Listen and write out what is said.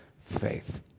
faith